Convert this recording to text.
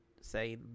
say